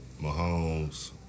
Mahomes